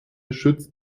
schützt